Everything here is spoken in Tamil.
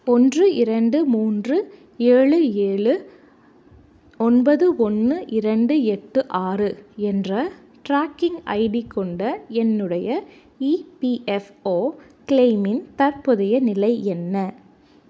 ஒன்று இரண்டு மூன்று ஏழு ஏழு ஒன்பது ஒன்னு இரண்டு எட்டு ஆறு என்ற ட்ராக்கிங் ஐடி கொண்ட என்னுடைய இபிஎஃப்ஓ க்ளைமின் தற்போதைய நிலை என்ன